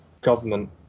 government